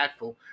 impactful